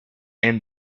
and